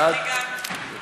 30 בעד, אין